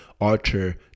Archer